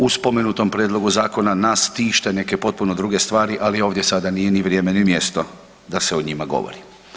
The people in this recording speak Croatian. U spomenutom prijedlogu nas tiše neke potpuno druge stvari, ali ovdje sada nije ni vrijeme, ni mjesto da se o njima govori.